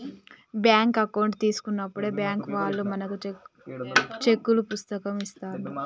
bank account తీసుకున్నప్పుడే bank వాళ్ళు మనకు చెక్కుల పుస్తకం ఇస్తాండ్రు